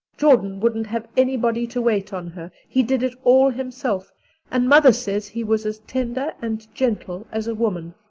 jordan wouldn't have anybody to wait on her. he did it all himself and mother says he was as tender and gentle as a woman.